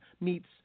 meets